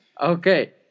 Okay